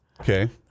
okay